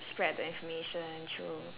spread the information through